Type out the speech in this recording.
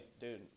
dude